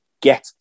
get